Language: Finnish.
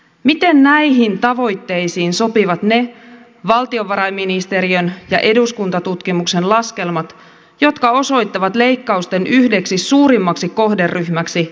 miten näihin tavoitteisiin sopivat ne valtiovarainministeriön ja eduskuntatutkimuksen laskelmat jotka osoittavat leikkausten yhdeksi suurimmaksi kohderyhmäksi lapsiperheet